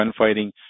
gunfighting